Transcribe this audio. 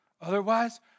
Otherwise